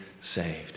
saved